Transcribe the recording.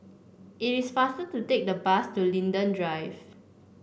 it is faster to take the bus to Linden Drive